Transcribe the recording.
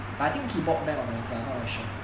I think he bought back bank of america not very sure